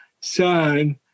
son